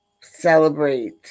celebrate